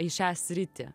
į šią sritį